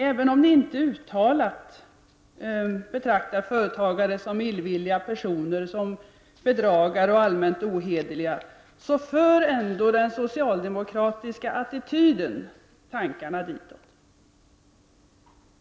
Även om ni inte uttalat betraktar företagare som illvilliga personer, bedragare och allmänt ohederliga, så för ändå den socialdemokratiska attityden tankarna ditåt.